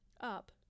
up